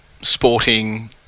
sporting